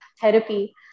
therapy